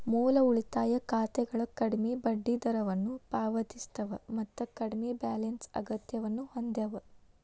ಮೂಲ ಉಳಿತಾಯ ಖಾತೆಗಳ ಕಡ್ಮಿ ಬಡ್ಡಿದರವನ್ನ ಪಾವತಿಸ್ತವ ಮತ್ತ ಕಡ್ಮಿ ಬ್ಯಾಲೆನ್ಸ್ ಅಗತ್ಯವನ್ನ ಹೊಂದ್ಯದ